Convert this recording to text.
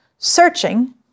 searching